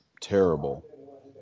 terrible